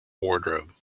wardrobe